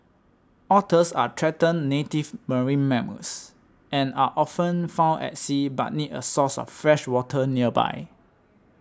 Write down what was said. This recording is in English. otters are threatened native marine mammals and are often found at sea but need a source of fresh water nearby